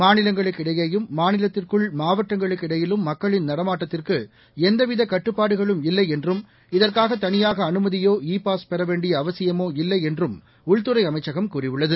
மாநிலங்களுக்கு இடையேயும் மாநிலத்திற்குள் மாவட்டங்களுக்கு இடையிலும் மக்களின் நடமாட்டத்திற்குஎந்தவிதகட்டுப்பாடுகளும் இல்லைஎன்றும் இதற்காகதனியாகஅனுமதியோ இ பாஸ் பெறவேண்டியஅவசியமோ இல்லைஎன்றும் உள்துறைஅமைச்சகம் கூறியுள்ளது